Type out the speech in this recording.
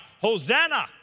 Hosanna